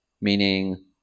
Meaning